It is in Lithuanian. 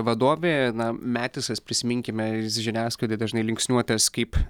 vadovė na metisas prisiminkime žiniasklaidoj dažnai linksniuotas kaip